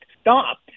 stop